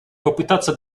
попытаться